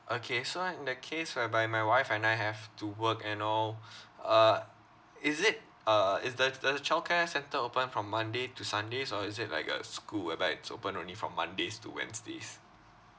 okay so in the case whereby my wife and I have to work and all uh is it uh is the does the childcare centre open from monday to sundays or is it like a school whereby it's open only from mondays to wednesdays